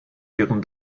ihren